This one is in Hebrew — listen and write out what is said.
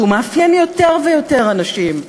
שמאפיין יותר ויותר אנשים,